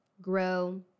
grow